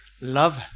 love